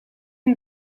een